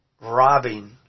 robbing